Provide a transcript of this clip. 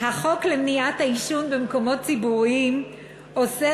החוק למניעת העישון במקומות ציבוריים אוסר